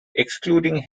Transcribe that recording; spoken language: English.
excluding